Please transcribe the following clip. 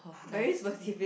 very specific